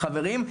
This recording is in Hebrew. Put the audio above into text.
חברים,